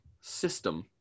system